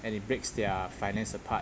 and it breaks their finance apart